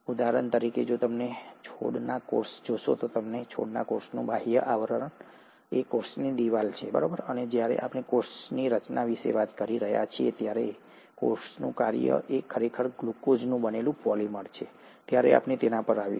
ઉદાહરણ તરીકે જો તમે છોડના કોષને જોશો તો છોડના કોષનું બાહ્ય આવરણ એ કોષની દીવાલ છે અને જ્યારે આપણે કોષની રચના વિશે વાત કરી રહ્યા છીએ અને કોષનું કાર્ય એ ખરેખર ગ્લુકોઝનું બનેલું પોલિમર છે ત્યારે આપણે તેના પર આવીશું